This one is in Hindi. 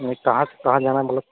कहाँ कहाँ जाना है मतलब